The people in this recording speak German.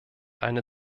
eine